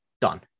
Done